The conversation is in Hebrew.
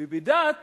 ובדת